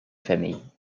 famille